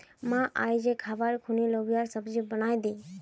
मां, आइज खबार खूना लोबियार सब्जी बनइ दे